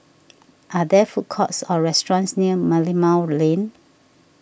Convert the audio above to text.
are there food courts or restaurants near Merlimau Lane